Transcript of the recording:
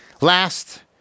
Last